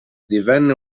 divenne